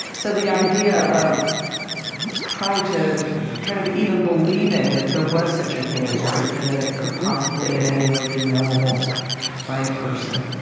so the idea of trying to kind of even believing that there was such a thing as truth and that it could possibly, in any way, be knowable by a person,